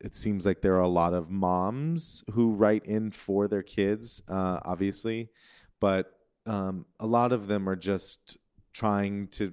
it seems like there are a lot of moms who write in for their kids, obviously but um a lot of them are just trying to